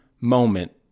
moment